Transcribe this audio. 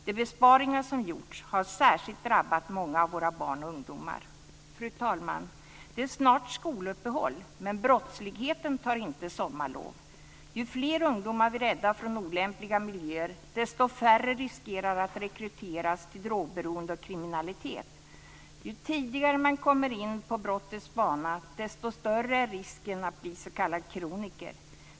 De besparingar som gjorts har särskilt drabbat många av våra barn och ungdomar. Fru talman! Det är snart skoluppehåll, men brottsligheten tar inte sommarlov. Ju fler ungdomar vi räddar från olämpliga miljöer, desto färre riskerar att rekryteras till drogberoende och kriminalitet. Ju tidigare man kommer in på brottets bana, desto större är risken att bli s.k. kroniker.